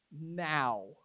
now